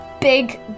big